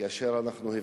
כאשר אנחנו,